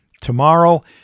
Tomorrow